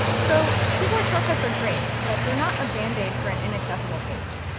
so keyboard shortcuts are great, but they're not a band-aid for an inaccessible page.